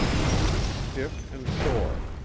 and he was stiff and sore,